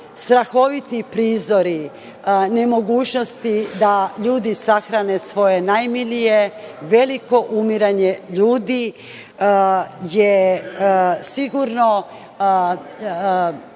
strahoviti prizori, nemogućnosti da ljudi sahrane svoje najmilije, veliko umiranje ljudi. Analizirajući